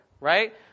right